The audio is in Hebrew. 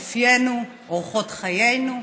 אופיינו, אורחות חיינו.